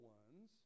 ones